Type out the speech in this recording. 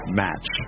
match